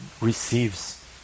receives